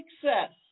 Success